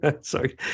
Sorry